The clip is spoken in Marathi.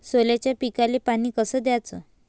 सोल्याच्या पिकाले पानी कस द्याचं?